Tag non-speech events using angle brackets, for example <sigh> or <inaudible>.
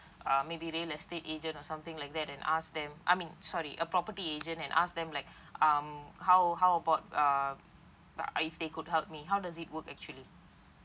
um maybe real estate agent or something like that and ask them I mean sorry a property agent and ask them like <breath> um how how about uh but if they could help me how does it work actually